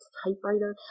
typewriter